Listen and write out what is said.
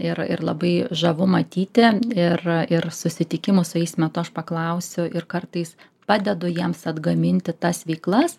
ir ir labai žavu matyti ir ir susitikimo su jais metu aš paklausiu ir kartais padedu jiems atgaminti tas veiklas